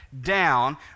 Down